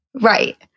Right